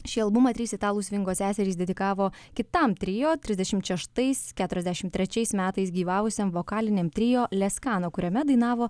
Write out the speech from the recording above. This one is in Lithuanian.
šį albumą trys italų svingo seserys dedikavo kitam trio trisdešimt šeštais keturiasdešimt trečiais metais gyvavusiam vokaliniam trio leskano kuriame dainavo